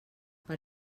per